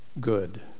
good